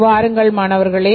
வாருங்கள் மாணவர்களே